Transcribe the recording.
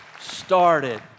started